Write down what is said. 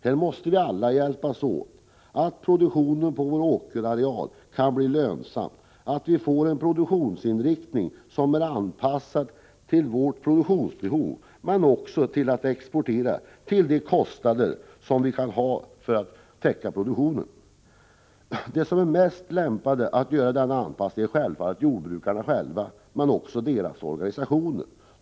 Här måste vi alla hjälpas åt så att produktionen på vår åkerareal kan bli lönsam, så att produktionsinriktningen anpassas till vårt produktionsbehov men också så att exporten sker till priser som täcker produktionen. De som är mest lämpade att göra denna anpassning är självfallet jordbrukarna själva men också deras organisationer.